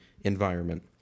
environment